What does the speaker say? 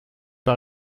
pas